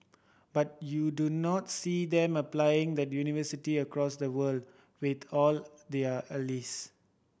but you do not see them applying the universally across the world with all their allies